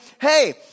Hey